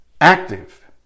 active